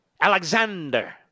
Alexander